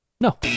No